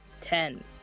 Ten